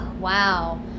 Wow